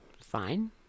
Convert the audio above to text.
fine